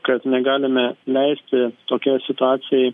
kad negalime leisti tokiai situacijai